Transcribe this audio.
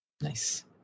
Nice